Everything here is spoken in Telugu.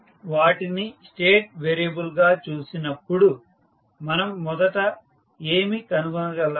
మనము వాటిని స్టేట్ వేరియబుల్గా చూసినప్పుడు మనం మొదట ఏమి కనుగొనగలం